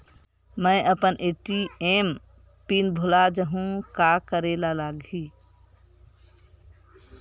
मैं अपन ATM PIN भुला जहु का करे ला लगही?